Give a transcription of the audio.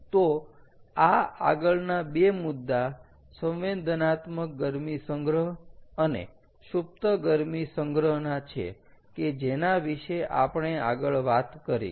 તો આ આગળના બે મુદ્દા સંવેદનાત્મક ગરમી સંગ્રહ અને સુપ્ત ગરમી સંગ્રહના છે કે જેના વિશે આપણે આગળ વાત કરી